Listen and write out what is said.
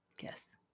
Yes